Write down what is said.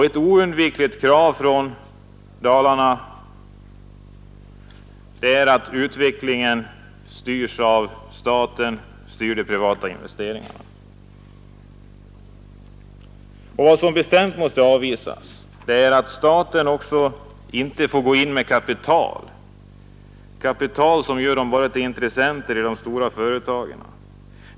Ett oundgängligt krav från Dalarna är att staten styr de privata investeringarna. Och vad som bestämt måste avvisas, det är att staten går in med kapital — kapital som bara gör staten till intressent i de stora företagen.